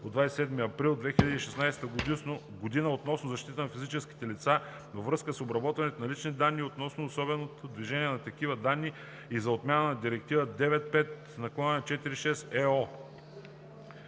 от 27 април 2016 г. относно защитата на физическите лица във връзка с обработването на лични данни и относно свободното движение на такива данни и за отмяна на Директива 95/46/EО